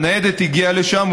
הניידת הגיעה לשם,